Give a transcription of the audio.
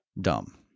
dumb